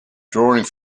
drawing